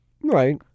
Right